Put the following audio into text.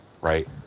right